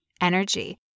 energy